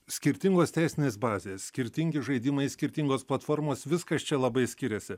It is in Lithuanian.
skirtingos teisinės bazės skirtingi žaidimai skirtingos platformos viskas čia labai skiriasi